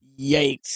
Yikes